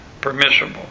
permissible